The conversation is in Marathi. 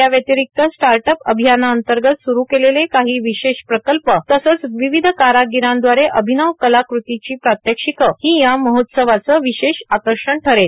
या व्यतिरिक्त स्टार्ट अप अभियाना अंतर्गत सुरू केलेले काही विशेष प्रकल्प तसंच विविध कारागीरांदवारे अभिनव कलाकृतीची प्रात्यक्षिके ही या महोत्सवाचं विशेष आकर्षण ठरेल